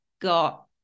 got